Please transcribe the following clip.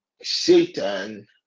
Satan